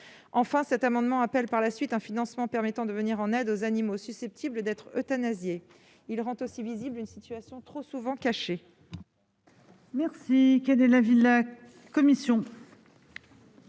Enfin, cet amendement appelle par la suite un financement permettant de venir en aide aux animaux susceptibles d'être euthanasiés. Il vise aussi à rendre visible une situation trop souvent cachée.